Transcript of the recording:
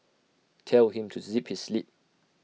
tell him to zip his lip